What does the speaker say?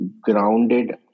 grounded